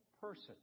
person